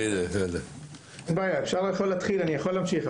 אין בעיה, בשארה יכול להתחיל, אני יכול להמשיך.